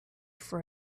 for